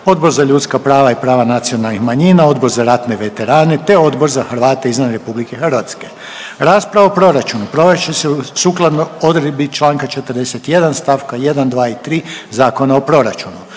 Odbor za ljudska prava i prava nacionalnih manjina, Odbor za ratne veterane te Odbor za Hrvate izvan RH. Rasprava o proračunu provest će se sukladno odredbi čl. 41 st. 1, 2 i 3 Zakona o proračunu.